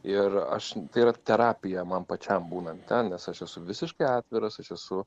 ir aš tai yra terapija man pačiam būnant ten nes aš esu visiškai atviras aš esu